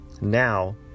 now